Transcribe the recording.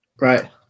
Right